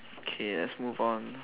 okay let's move on